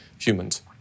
humans